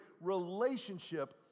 relationship